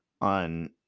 on